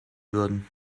würden